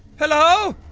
hello?